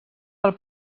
pel